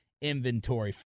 inventory